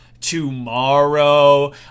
tomorrow